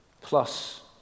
Plus